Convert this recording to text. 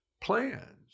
plans